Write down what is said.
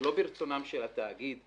שלא ברצונו של התאגיד,